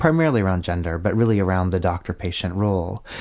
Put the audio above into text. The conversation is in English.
primarily around gender but really around the doctor patient role.